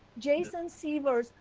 jason sievers,